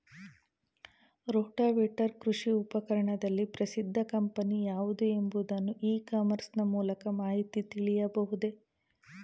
Rotavator ಕೃಷಿ ಉಪಕರಣದಲ್ಲಿ ಪ್ರಸಿದ್ದ ಕಂಪನಿ ಯಾವುದು ಎಂಬುದನ್ನು ಇ ಕಾಮರ್ಸ್ ನ ಮೂಲಕ ಮಾಹಿತಿ ತಿಳಿಯಬಹುದೇ?